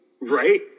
right